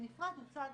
בנפרד הוצג